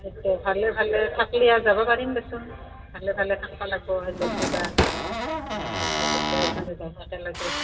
হয়তো ভালে ভালে থাকিলে যাব পাৰিম দেচোন ভালে ভালে থাকিব লাগিব হয়তো কিবা